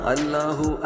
Allahu